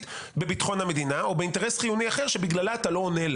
בביטחון המדינה או באינטרס חיוני אחר שבגללה אתה לא עונה.